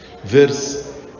Verse